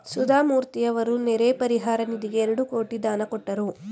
ಸುಧಾಮೂರ್ತಿಯವರು ನೆರೆ ಪರಿಹಾರ ನಿಧಿಗೆ ಎರಡು ಕೋಟಿ ದಾನ ಕೊಟ್ಟರು